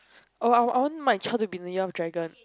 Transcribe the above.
oh I want I want my child to be in the year of dragon